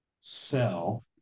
sell